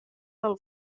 del